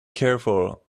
careful